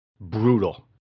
brutal